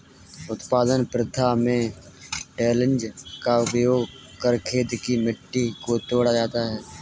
उत्पादन प्रथा में टिलेज़ का उपयोग कर खेत की मिट्टी को तोड़ा जाता है